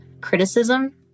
criticism